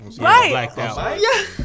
Right